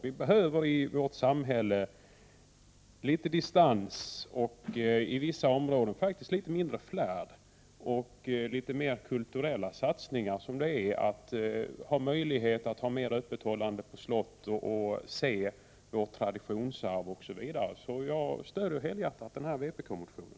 Vi behöver i vårt samhälle litet distans och i vissa områden litet mindre flärd och litet mer kulturella satsningar. Det är vad möjligheten till ett ökat öppethållande på slotten ger. Vi kan där se vårt traditionsarv osv. Jag stöder helhjärtat vpk-motionen.